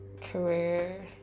career